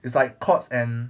it's like chords and